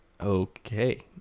Okay